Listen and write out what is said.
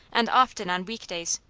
and often on week days.